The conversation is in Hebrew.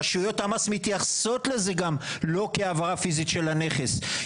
רשויות המס מתייחסות לזה גם לא כהעברה פיזית של הכנס.